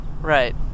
right